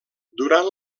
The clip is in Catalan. durant